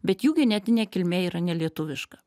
bet jų genetinė kilmė yra nelietuviška